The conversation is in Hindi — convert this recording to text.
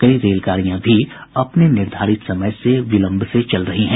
कई रेलगाड़ियां भी अपने निर्धारित समय से विलंब से चल रही हैं